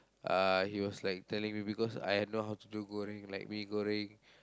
uh he was like telling me because I know how to do goreng like mee-goreng